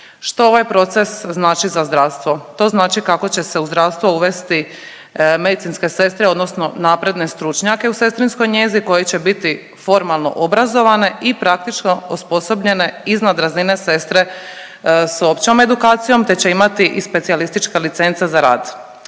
Što ovaj proces znači za zdravstvo? To znači kako će se u zdravstvo uvesti medicinske sestre, odnosno napredne stručnjake u sestrinskoj njezi koji će biti formalno obrazovane i praktično osposobljene iznad razine sestre sa općom edukacijom te će imati i specijalističke licence za rad.